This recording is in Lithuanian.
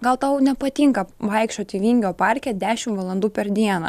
gal tau nepatinka vaikščioti vingio parke dešim valandų per dieną